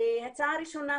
הצעה ראשונה,